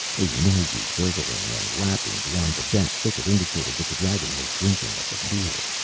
a noisy gurgling and lapping beyond the dense thicket indicated that the dragon was drinking at the pool.